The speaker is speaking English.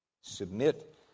Submit